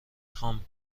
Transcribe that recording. خوام